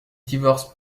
divorcent